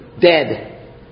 dead